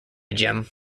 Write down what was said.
gem